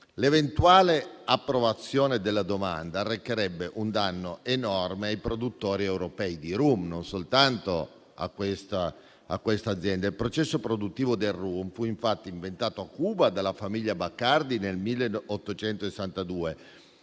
L'eventuale approvazione della domanda arrecherebbe un danno enorme ai produttori europei di rum, non soltanto a questa azienda. Il processo produttivo del rum fu infatti inventato a Cuba dalla famiglia Bacardi nel 1862.